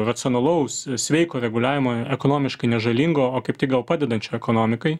racionalaus sveiko reguliavimo ir ekonomiškai nežalingo o kaip tik gal padedančio ekonomikai